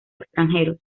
extranjeros